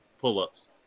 pull-ups